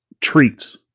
treats